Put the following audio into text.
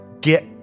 get